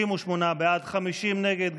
38 בעד, 50 נגד.